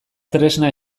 tresna